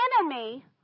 enemy